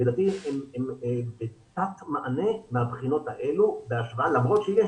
לדעתי הן בתת מענה מהבחינות האלו למרות שיש